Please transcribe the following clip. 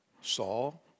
Saul